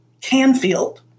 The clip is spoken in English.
Canfield